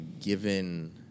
Given